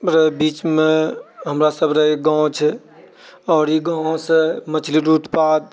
रऽ बीचमे हमरा सभरे गाँव छै आओर ई गाँवसँ मछलीके उत्पाद